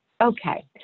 okay